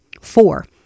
Four